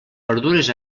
verdures